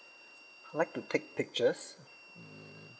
I like to take pictures mm